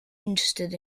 interested